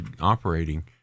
operating